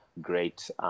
great